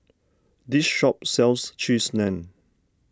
this shop sells Cheese Naan